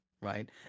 right